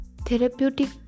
therapeutic